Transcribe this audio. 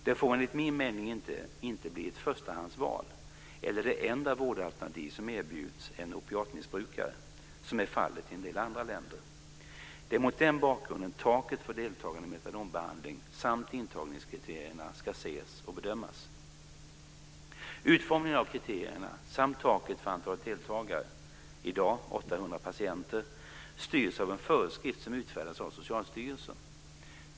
Det får enligt min mening inte bli ett förstahandsval eller det enda vårdalternativ som erbjuds en opiatmissbrukare, som är fallet i en del andra länder. Det är mot den bakgrunden taket för deltagande i metadonbehandling samt intagningskriterierna ska ses och bedömas. Utformningen av kriterierna samt taket för antalet deltagande - i dag 800 patienter - styrs av en föreskrift som utfärdas av Socialstyrelsen.